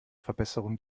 verbesserung